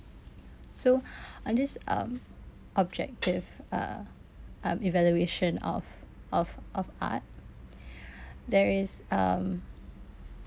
so and this um objective uh um evaluation of of of art there is um